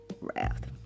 wrath